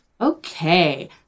Okay